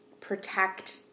protect